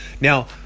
Now